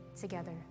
together